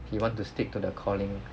he want to stick to the calling